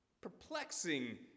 perplexing